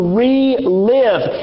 relive